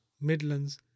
Midlands